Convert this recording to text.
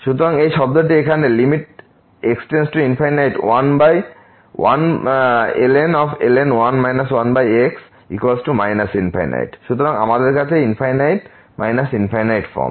সুতরাং যে এই শব্দ এখানে x→∞1ln 1 1x ∞ সুতরাং আমাদের আছে ∞∞ ফর্ম